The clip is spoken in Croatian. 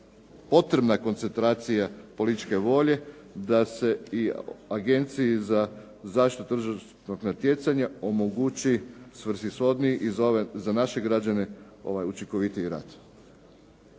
potrebna koncentracija političke volje da se i Agenciji za zaštitu tržišnog natjecanja omogući svrsishodniji i za naše građane učinkovitiji rad.